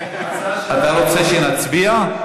אתה רוצה שנצביע?